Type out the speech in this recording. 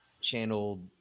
channeled